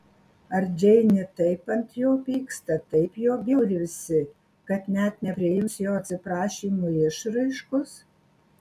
ar džeinė taip ant jo pyksta taip juo bjaurisi kad net nepriims jo atsiprašymo išraiškos